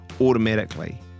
automatically